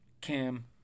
cam